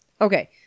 Okay